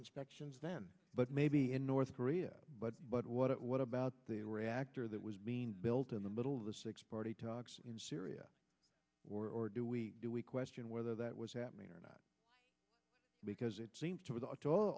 inspections then but maybe in north korea but but what it what about the reactor that was being built in the middle of the six party talks in syria or do we do we question whether that was happening or not because it seems to